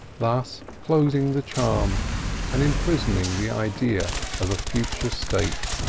thus closing the charm and imprisoning the idea of a future state.